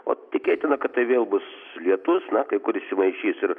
o tikėtina kad tai vėl bus lietus kai kur įsimaišys ir